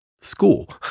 school